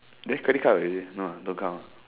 then credit card already no ah don't count ah